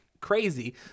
crazy